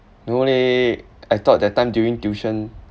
no leh I thought that time during tuition